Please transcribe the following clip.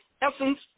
essence